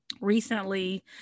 recently